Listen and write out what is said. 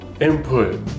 input